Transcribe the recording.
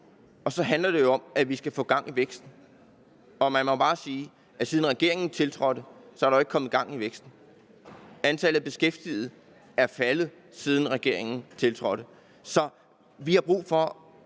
Så det handler jo om, at vi skal have gang i væksten, og man må bare sige, at siden regeringen tiltrådte, er der jo ikke kommet gang i væksten. Antallet af beskæftigede er faldet, siden regeringen tiltrådte. Så vi har brug for